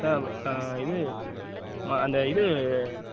sir இது ம அந்த இது